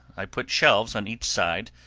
i put shelves on each side,